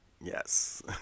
Yes